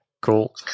cool